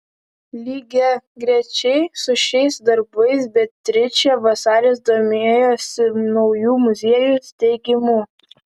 lygiagrečiai su šiais darbais beatričė vasaris domėjosi naujų muziejų steigimu